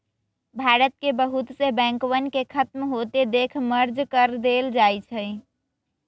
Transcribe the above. भारत के बहुत से बैंकवन के खत्म होते देख मर्ज कर देयल जाहई